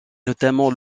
notamment